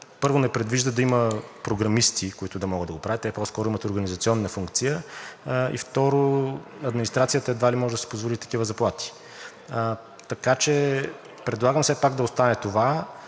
първо, то не предвижда да има програмисти, които да могат да го правят, те по-скоро имат организационна функция и, второ, администрацията едва ли може да си позволи такива заплати. Така че предлагам все пак да остане това,